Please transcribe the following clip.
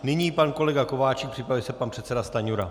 Nyní pan kolega Kováčik, připraví se pan předseda Stanjura.